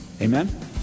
Amen